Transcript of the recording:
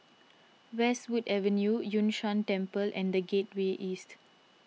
Westwood Avenue Yun Shan Temple and the Gateway East